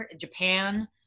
Japan